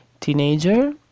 teenager